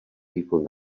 people